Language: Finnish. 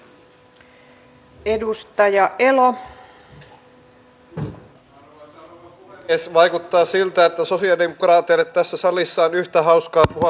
meillä sekä julkisella taloudella että meillä suomalaisilla molemmilla on sama vika